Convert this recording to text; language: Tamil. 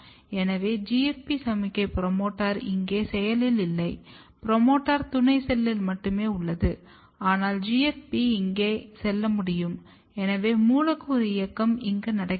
எனவே GFP சமிக்ஞை புரோமோட்டார் இங்கே செயலில் இல்லை புரோமோட்டார் துணை செல்லில் மட்டுமே உள்ளது ஆனால் GFP இங்கே செல்ல முடியும் எனவே மூலக்கூறு இயக்கம் இங்கே நடக்கிறது